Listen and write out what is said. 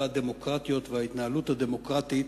הזכויות הדמוקרטיות וההתנהלות הדמוקרטית